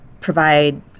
provide